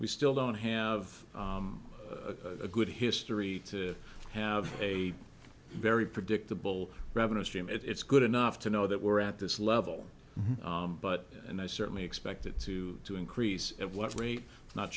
we still don't have a good history to have a very predictable revenue stream it's good enough to know that we're at this level but and i certainly expect it to to increase at what rate not